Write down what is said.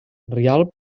rialb